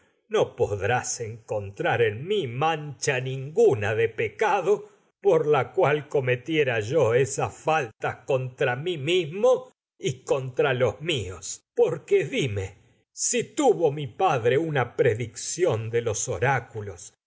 dependido podrás encontrar mi mancha ninguna de pecado por la cual tragedias de sófocles cometiera míos los yo esas faltas contra mi mismo y contra los porque dime si tuvo mi padre por una predicción de a mano oráculos